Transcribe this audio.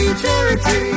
charity